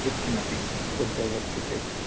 यत्किमपि बुद्धौ अस्ति चेत्